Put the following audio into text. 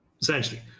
Essentially